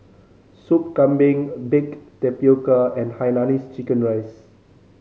Sup Kambing baked tapioca and hainanese chicken rice